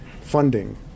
funding